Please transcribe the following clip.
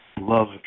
Love